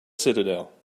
citadel